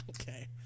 okay